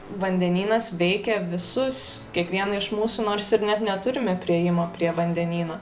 vandenynas veikia visus kiekvieną iš mūsų nors ir net neturime priėjimo prie vandenyno